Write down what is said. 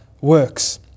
works